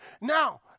Now